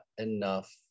enough